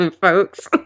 folks